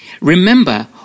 remember